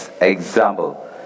example